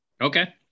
Okay